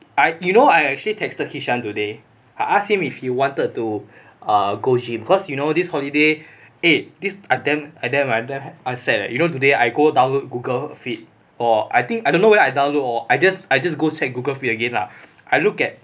I you know I actually texted kishan today I asked him if he wanted to err go gym cause you know this holiday eh this I damn damn sad eh today I go download google fit or I think I don't know whether I download or I just I just go check google fit again lah I look at